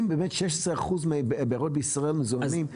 אם באמת 16 אחוז מהבארות בישראל מזוהמות,